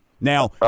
Now